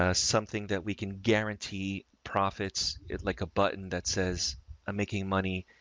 ah something that we can guarantee profits it like a button that says i'm making money